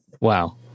Wow